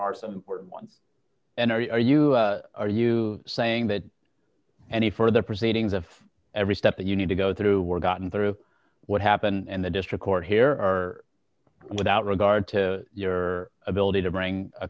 are some important ones and are you are you saying that any further proceedings of every step that you need to go through were gotten through what happened in the district court here are without regard to your ability to bring a